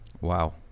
Wow